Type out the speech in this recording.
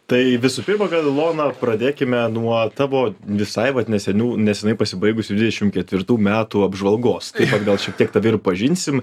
tai visų pirma gal ilona pradėkime nuo tavo visai vat nesenių nesenai pasibaigusių dvidešim ketvirtų metų apžvalgos tad gal šiek tiek tave ir pažinsim